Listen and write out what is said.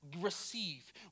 receive